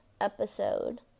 episode